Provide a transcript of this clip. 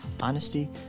honesty